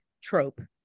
trope